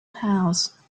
house